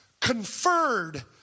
conferred